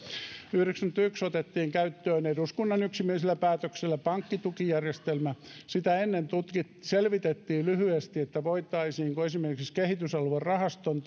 yhdeksäänkymmeneenyhteen otettiin käyttöön eduskunnan yksimielisellä päätöksellä pankkitukijärjestelmä sitä ennen selvitettiin lyhyesti voitaisiinko esimerkiksi kehitysaluerahaston